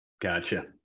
Gotcha